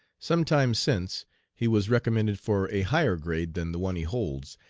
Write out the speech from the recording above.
some time since he was recommended for a higher grade than the one he holds,